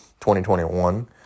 2021